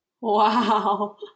wow